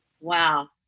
Wow